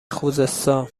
خوزستان